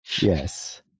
Yes